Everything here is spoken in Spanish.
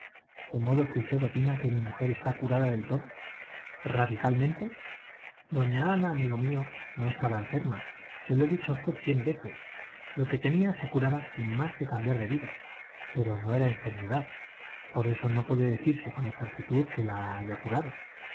de modo que usted opina que mi mujer está curada del todo radicalmente doña ana amigo mío no estaba enferma se lo he dicho a usted cien veces lo que tenía se curaba sin más que cambiar de vida pero no era enfermedad por eso no puede decirse con exactitud que se ha curado